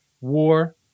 war